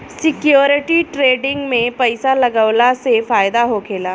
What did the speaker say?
security trading में पइसा लगावला से फायदा होखेला